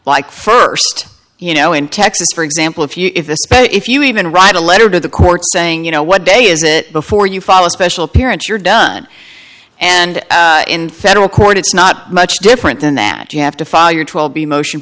like first you know in texas for example if you if this if you even write a letter to the court saying you know what day is it before you fall a special appearance you're done and in federal court it's not much different than that you have to file your twelve emotion